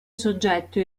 soggetto